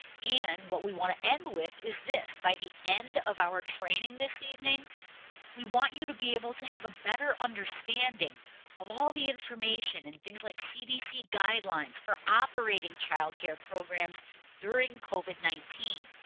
and what we want to end with is this. by the end of our training this evening we want you to be able to have a better understanding of all the information and things like cdc guidelines for operating childcare programs during covid nineteen.